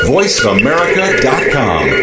VoiceAmerica.com